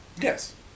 Yes